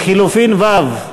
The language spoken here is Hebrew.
לחלופין (ו):